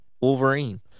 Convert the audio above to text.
Wolverine